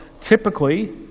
typically